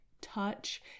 touch